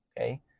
okay